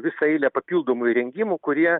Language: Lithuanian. visą eilę papildomų įrengimų kurie